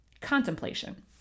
contemplation